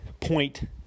point